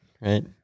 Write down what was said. right